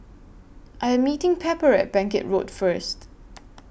I Am meeting Pepper At Bangkit Road First